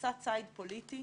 מסע ציד פוליטי.